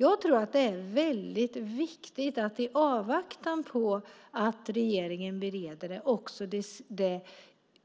Jag tror att det är väldigt viktigt att i avvaktan på att regeringen bereder detta också